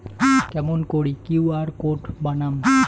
কেমন করি QR code বানাম?